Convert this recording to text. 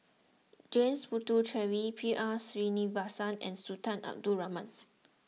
James Puthucheary B R Sreenivasan and Sultan Abdul Rahman